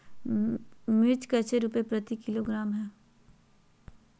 मिर्च कैसे रुपए प्रति किलोग्राम है?